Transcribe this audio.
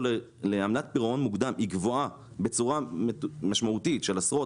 לעמלת פירעון מוקדם היא גבוהה בצורה משמעותית של עשרות